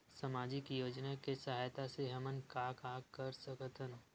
सामजिक योजना के सहायता से हमन का का कर सकत हन?